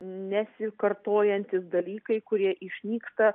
nesikartojantys dalykai kurie išnyksta